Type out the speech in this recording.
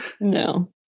No